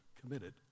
committed